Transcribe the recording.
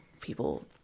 people